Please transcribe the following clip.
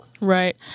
Right